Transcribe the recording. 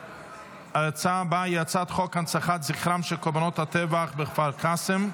הצעת חוק הנצחת זכרם של קורבנות הטבח בכפר קאסם,